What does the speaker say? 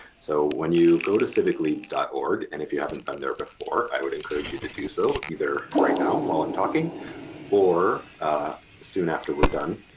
so when you go to civicleads org, and if you haven't been there before i would encourage you to do so either right now while i'm talking or soon after we're done,